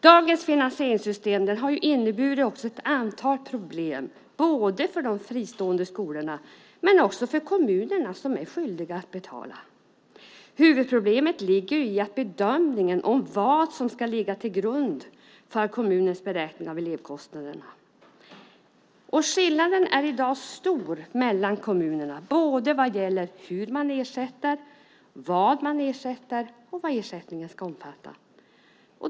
Dagens finansieringssystem har också inneburit ett antal problem både för de fristående skolorna och för kommunerna, som är skyldiga att betala. Huvudproblemet ligger i bedömningen av vad som ska ligga till grund för kommunens beräkning av elevkostnaden. Skillnaden är i dag stor mellan kommunerna vad gäller hur man ersätter, vad man ersätter och vad ersättningen ska omfatta.